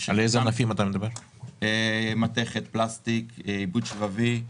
למשל: מתכת, פלסטיק, עיבוד שבבי,